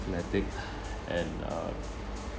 athletic and uh